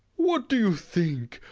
what did you think?